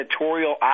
editorial